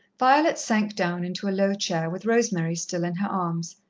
violet sank down into a low chair, with rosemary still in her arms.